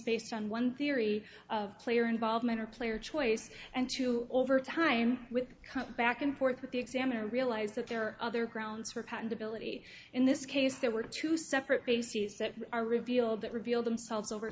based on one theory of player involvement or player choice and two over time will come back and forth with the examiner realize that there are other grounds for patentability in this case there were two separate bases that are revealed that reveal themselves over